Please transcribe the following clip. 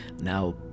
now